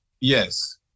Yes